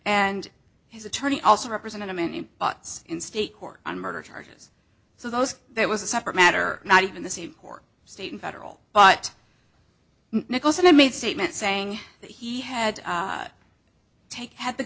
and his attorney also represented a mini pots in state court on murder charges so those that was a separate matter not even the same court state and federal but nicholson had made statements saying that he had take had the